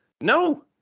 No